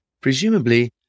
presumably